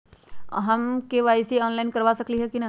हम KYC online करवा सकली ह कि न?